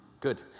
good